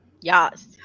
Yes